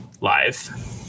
live